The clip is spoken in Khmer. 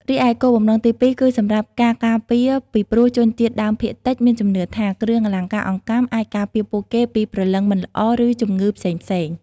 រីឯគោលបំណងទីពីរ គឺសម្រាប់ ការការពារ ពីព្រោះជនជាតិដើមភាគតិចមានជំនឿថា គ្រឿងអលង្ការអង្កាំអាចការពារពួកគេពីព្រលឹងមិនល្អ ឬជំងឺផ្សេងៗ។